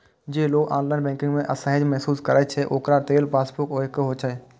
जे लोग online banking मे असहज महसूस करै छै, ओकरा लेल पासबुक आइयो उपयोगी छै